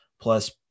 plus